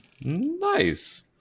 Nice